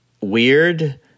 Weird